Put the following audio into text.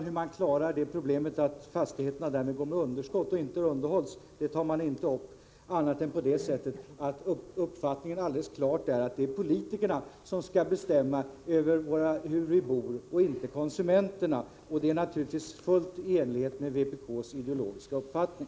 Hur sedan problemet med att fastigheterna går med underskott och inte underhålls skall klaras, tar man inte upp på annat sätt än att man framför som sin uppfattning att det är politikerna som skall bestämma över hur vi bor, inte konsumenterna. Det är naturligtvis helt i enlighet med vpk:s ideologiska uppfattning.